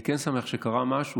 אני כן שמח שקרה משהו,